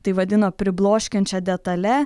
tai vadino pribloškiančia detale